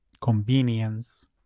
convenience